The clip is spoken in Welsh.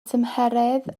tymheredd